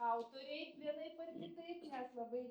autoriai vienaip ar kitaip nes labai